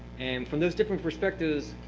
and from those different perspectives,